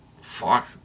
Fuck